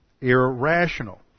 irrational